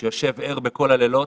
שיושב ער בכל הלילות